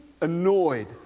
annoyed